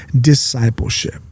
discipleship